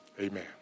Amen